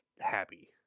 happy